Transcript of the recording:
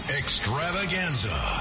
extravaganza